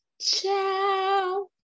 ciao